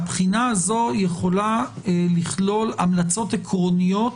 הבחינה הזו יכולה לכלול המלצות עקרוניות